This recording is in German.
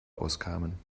auskamen